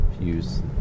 use